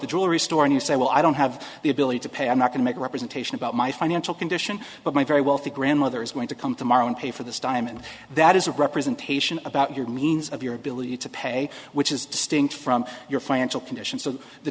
the jewelry store and you say well i don't have the ability to pay i'm not going to make a representation about my financial condition but my very wealthy grandmother is going to come tomorrow and pay for this diamond that is a representation about your means of your ability to pay which is distinct from your financial condition so the